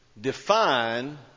Define